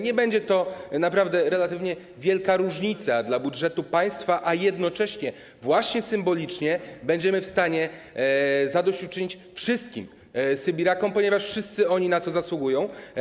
Nie będzie to naprawdę relatywnie wielka różnica dla budżetu państwa, a jednocześnie właśnie symbolicznie będziemy w stanie zadośćuczynić wszystkim sybirakom, ponieważ wszyscy oni na to zasługują.